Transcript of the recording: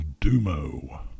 Dumo